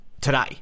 today